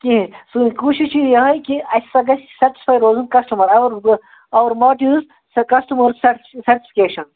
کِہیٖنٛۍ سٲنۍ کوٗشِش چھِ یِہَے کہِ اَسہِ ہَسا گژھِ سیٚٹٕسفے روزُن customer our our motto is سُہ کَسٹمَرس سیٹِس سَٹٕسفِکیشَن